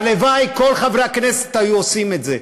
הלוואי שכל חברי הכנסת היו עושים את זה.